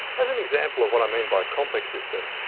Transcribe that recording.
as an example of what i mean by a complex system,